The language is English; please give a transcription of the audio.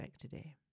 today